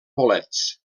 bolets